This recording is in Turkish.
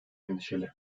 endişeli